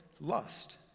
lust